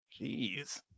Jeez